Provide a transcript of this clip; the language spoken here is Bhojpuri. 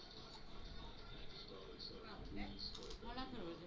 गुल्लक क कई आकार देकर बनावल जाला